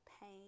pain